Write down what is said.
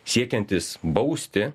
siekiantis bausti